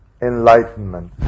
enlightenment